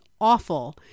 awful